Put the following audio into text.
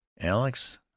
Alex